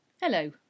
Hello